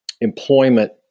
employment